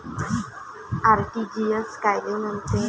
RTGS कायले म्हनते?